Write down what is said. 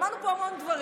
שמענו פה על המון דברים.